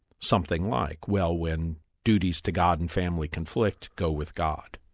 something like, well when duties to god and family conflict, go with god.